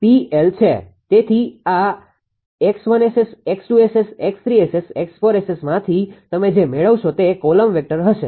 તેથી આ 𝑥1𝑆𝑆 𝑥2𝑆𝑆 𝑥3𝑆𝑆 𝑥4𝑆𝑆 માંથી તમે જે મેળવશો તે કોલમ વેક્ટરvectorસદિશ હશે